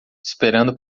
esperando